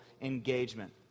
engagement